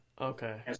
okay